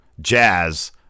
Jazz